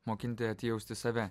mokinti atjausti save